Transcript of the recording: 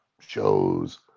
shows